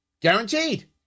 Guaranteed